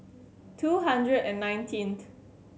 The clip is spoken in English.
two hundred and nineteenth